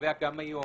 שקובע גם היום